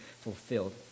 fulfilled